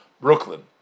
Brooklyn